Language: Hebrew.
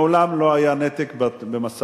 מעולם לא היה נתק במשא-ומתן.